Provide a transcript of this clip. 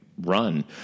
run